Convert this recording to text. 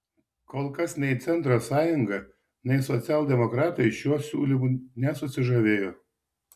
kol kas nei centro sąjunga nei socialdemokratai šiuo siūlymu nesusižavėjo